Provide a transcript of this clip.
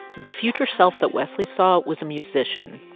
the future self that wesley saw was a musician,